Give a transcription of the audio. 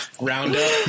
roundup